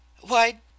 Why